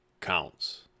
counts